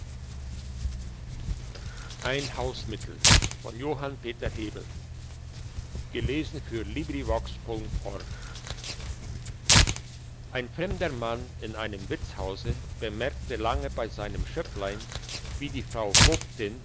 ein fremder mann in einem wirtshause bemerkte lange bei seinem schöpplein wie die frau